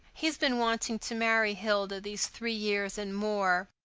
he's been wanting to marry hilda these three years and more.